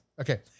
Okay